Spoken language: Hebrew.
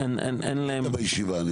היית בישיבה.